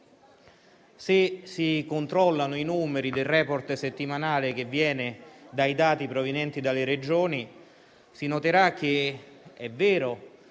Se si controllano i numeri del *report* settimanale che viene dai dati provenienti dalle Regioni, si noterà che è vero